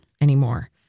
anymore